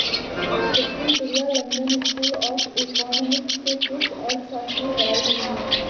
Pushpam Priya London School of Economics से कृषि अर्थशास्त्र की पढ़ाई की है